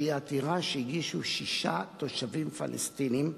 שהוא העתירה שהגישו שישה תושבים פלסטינים,